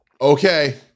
Okay